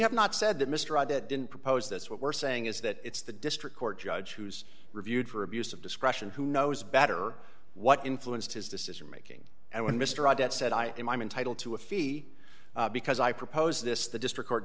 have not said that mr audit didn't propose this what we're saying is that it's the district court judge who's reviewed for abuse of discretion who knows better what influenced his decision making and when mr odette said i am i'm entitled to a fee because i proposed this the district court